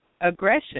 Aggression